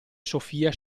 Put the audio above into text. sofia